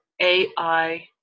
AI